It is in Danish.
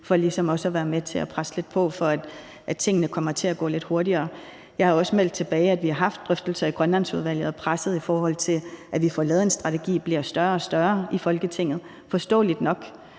for, at tingene kommer til at gå lidt hurtigere. Jeg har også meldt tilbage, at vi har haft drøftelser i Grønlandsudvalget, og presset, i forhold til at vi får lavet en strategi, bliver større og større i Folketinget – forståeligt nok.